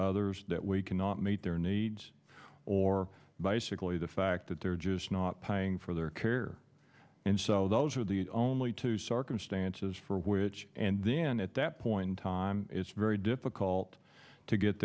others that we cannot meet their needs or bicycle or the fact that they're just not paying for their care and so those are the only two circumstances for which and then at that point point in time it's very difficult to get